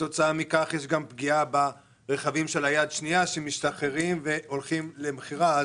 כתוצאה מכך יש גם פגיעה ברכבים יד שנייה שמשתחררים והולכים למכירה.